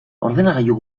ordenagailu